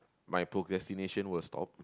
my procrastination will stop